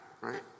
right